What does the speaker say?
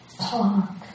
talk